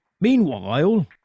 Meanwhile